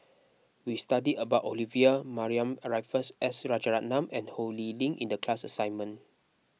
we studied about Olivia Mariamne Raffles S Rajaratnam and Ho Lee Ling in the class assignment